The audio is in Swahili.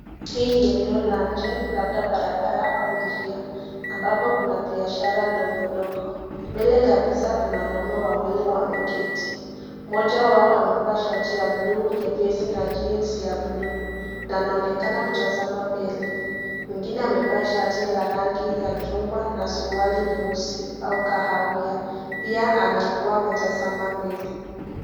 hii ni eneo la nje labda barabara au njia ambapo kuna biashara ndogo ndogo, mbele kabisa kuna wanaume wawili wameketi moja wao amevaa shati ya mbulu nyepesi na [jeans] ya mbulu na anaonekana kutazama mbele mwingine amevaa shati la rangi ya chungwa na siruali nyeusi au kahawia pia anakuwa ametazama mbele.